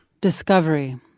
Discovery